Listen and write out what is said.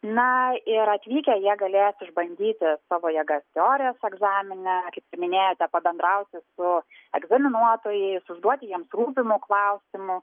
na ir atvykę jie galės išbandyti savo jėgas teorijos egzamine kaip ir minėjote pabendrauti su egzaminuotojais užduoti jiems rūpimų klausimų